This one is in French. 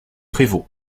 prévost